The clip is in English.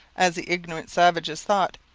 as the ignorant savages thought,